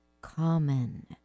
common